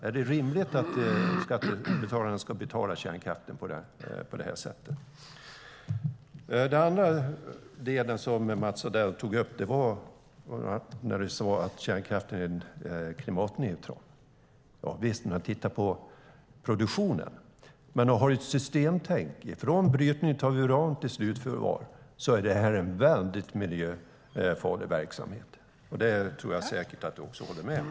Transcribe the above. Är det rimligt att skattebetalarna ska betala för kärnkraften på detta sätt? Mats Odell sade också att kärnkraften är klimatneutral. Om man tittar på produktionen är det så. Men om man har ett systemtänk, från brytning av uran till slutförvar, är detta en mycket miljöfarlig verksamhet. Det tror jag att han håller med om.